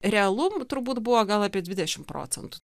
realum turbūt buvo gal apie dvidešim procentų